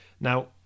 Now